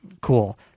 cool